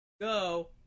go